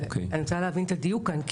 אני רוצה להבין את הדיוק כאן,